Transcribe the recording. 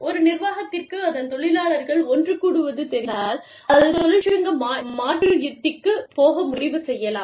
ஒரு நிர்வாகத்திற்கு அதன் தொழிலாளர்கள் ஒன்று கூடுவது தெரிந்தால் அது தொழிற்சங்க மாற்று உத்திக்குப் போக முடிவு செய்யலாம்